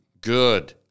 good